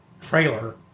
trailer